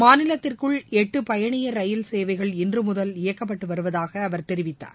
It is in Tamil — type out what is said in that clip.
மாநிலத்திற்குள் எட்டு பயணியர் ரயில் சேவைகள் இன்று முதல் இயக்கப்பட்டு வருவதாக அவர் தெரிவித்தார்